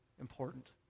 important